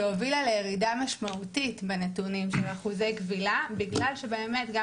שהובילה לירידה משמעותית בנתונים של אחוזי כבילה בגלל שבאמת גם